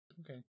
Okay